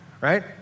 right